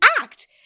act